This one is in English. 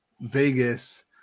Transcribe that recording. Vegas